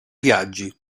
viaggi